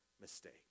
mistake